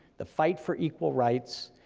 the fight for equal rights,